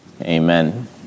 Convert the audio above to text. Amen